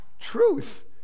truth